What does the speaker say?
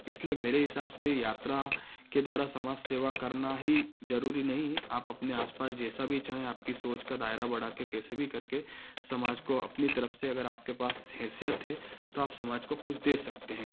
इसलिए मेरे हिसाब से यात्रा के द्वारा समाज सेवा करना ही जरूरी नहीं है आप अपने आसपास जैसा भी चाहें आपकी सोच का दायरा बढ़ा कर कैसे भी करके समाज को अपनी तरफ से अगर आपके पास हैसियत है तो आप समाज को कुछ दे सकते हैं